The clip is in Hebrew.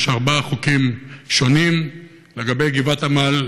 יש ארבעה חוקים שונים לגבי גבעת עמל,